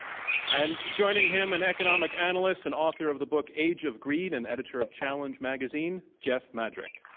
um and joining him, an economic analyst and author of the book age of greed and editor of challenge magazine, jeff madrick.